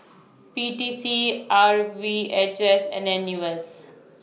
P T C R V H S and N U S